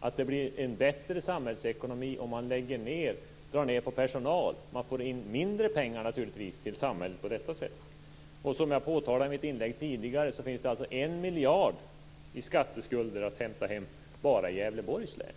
att det blir en bättre samhällsekonomi om man lägger ned och drar ned på personal. Man får naturligtvis in mindre pengar till samhället på detta sätt. Som jag påtalade i mitt inlägg tidigare finns det 1 miljard i skatteskulder att hämta hem bara i Gävleborgs län.